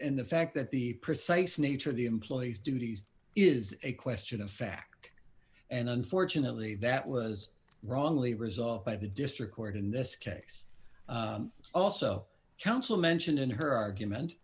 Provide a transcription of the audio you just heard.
and the fact that the precise nature of the employee's duties is a question of fact and unfortunately that was wrongly resolved by the district court in this case also counsel mentioned in her argument